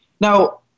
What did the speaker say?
Now